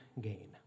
gain